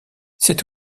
c’est